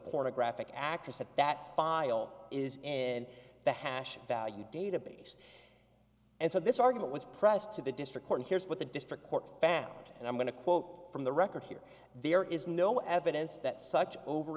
pornographic actress said that file is in the hash value database and so this argument was pressed to the district court here's what the district court found and i'm going to quote from the record here there is no evidence that such over